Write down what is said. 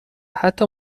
حتی